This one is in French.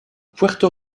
puerto